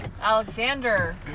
Alexander